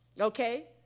okay